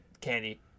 candy